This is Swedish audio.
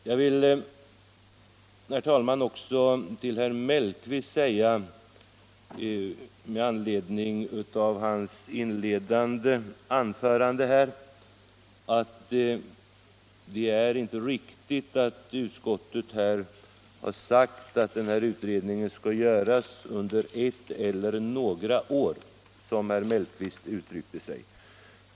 s Jag vill, herr talman, också till herr Mellqvist med anledning av hans inledande anförande säga att det inte är riktigt att utskottet förutsätter att utredningen skall göras under ett eller några år, som herr Mellqvist uttryckte sig.